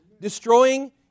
Destroying